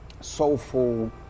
soulful